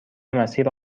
مسیر